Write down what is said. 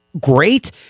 great